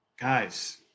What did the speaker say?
Guys